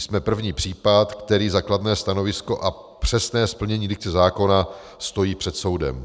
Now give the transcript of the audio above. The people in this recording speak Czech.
Jsme první případ, který za kladné stanovisko a přesné splnění dikce zákona stojí před soudem.